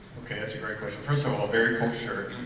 okay that's a great question first of all very cool shirt